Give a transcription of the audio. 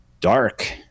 dark